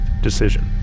decision